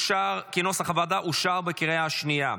כנוסח הוועדה, אושר בקריאה שנייה.